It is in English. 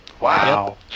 Wow